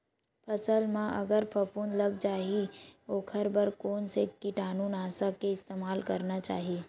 फसल म अगर फफूंद लग जा ही ओखर बर कोन से कीटानु नाशक के इस्तेमाल करना चाहि?